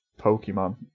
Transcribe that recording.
Pokemon